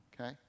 okay